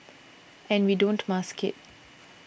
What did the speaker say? and we don't mask it